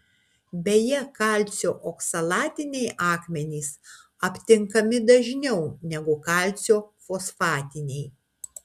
beje kalcio oksalatiniai akmenys aptinkami dažniau negu kalcio fosfatiniai